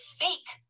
fake